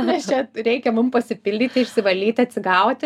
nes čia reikia mum pasipildyti išsivalyti atsigauti